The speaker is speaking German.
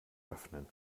öffnen